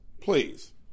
please